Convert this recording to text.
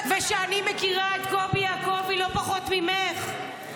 -- ושאני מכירה את קובי יעקובי לא פחות ממך,